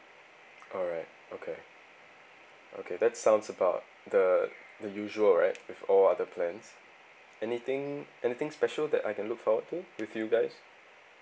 alright okay okay that sounds about the the usual right with all other plans anything anything special that I can look forward to with you guys